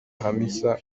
hamisa